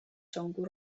ciągu